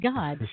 God